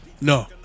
No